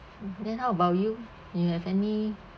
mmhmm then how about you you have any